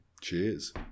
Cheers